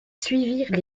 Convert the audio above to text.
suivirent